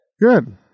Good